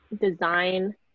design